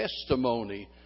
testimony